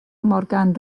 morgan